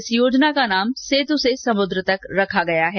इस योजना का नाम सेतु से समुद्र तक रखा गया है